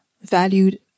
valued